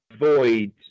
avoid